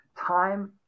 Time